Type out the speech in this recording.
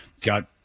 got